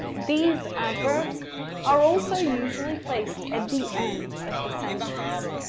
these adverbs are also usually placed at the end of the sentence.